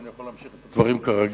ואני יכול להמשיך את הדברים כרגיל,